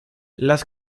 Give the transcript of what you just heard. las